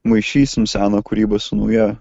maišysim seną kūrybą su nauja